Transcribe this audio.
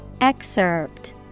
Excerpt